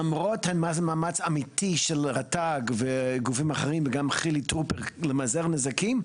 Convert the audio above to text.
למרות מאמץ אמיתי של רט"ג וגופים אחרים וגם חילי טרופר למזער נזקים,